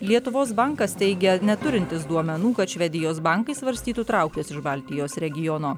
lietuvos bankas teigia neturintis duomenų kad švedijos bankai svarstytų trauktis iš baltijos regiono